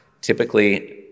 typically